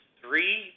three